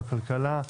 הכלכלה,